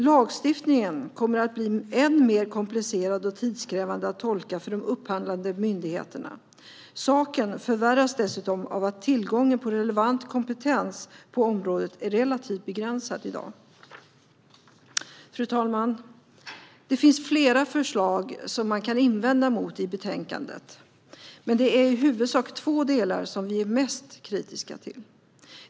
Lagstiftningen kommer att bli än mer komplicerad och tidskrävande att tolka för de upphandlande myndigheterna. Saken förvärras dessutom av att tillgången på relevant kompetens på området är relativt begränsad i dag. Fru talman! Det finns flera förslag i betänkandet som man kan invända mot, men det är i huvudsak två delar som vi är mest kritiska till.